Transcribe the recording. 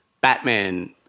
Batman